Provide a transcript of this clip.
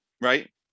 right